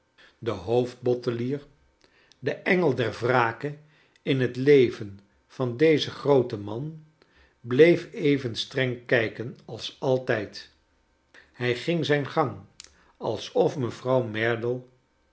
de hoofdbottelier de engel der wrake in het leven van dezen grooten man bleef even streng kijken als altijd hij ging zijn gang alsof mevrouw merdle